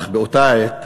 אך באותה עת